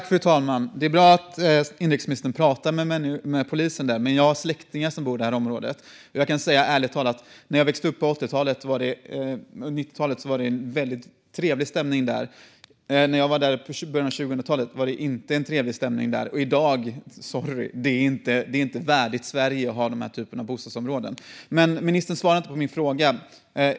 Fru talman! Det är bra att inrikesministern pratar med polisen där. Men jag har släktingar som bor i det här området, och jag kan ärligt säga att när jag växte upp på 80 och 90-talen var det en väldigt trevlig stämning där, när jag var där i början av 2000-talet var det inte en trevlig stämning där, och när det gäller hur det är i dag måste jag säga: Sorry, men det är inte värdigt Sverige att ha den här typen av bostadsområden. Ministern svarade inte på min fråga.